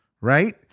Right